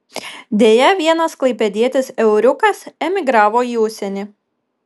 deja vienas klaipėdietis euriukas emigravo į užsienį